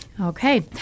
Okay